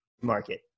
market